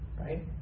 right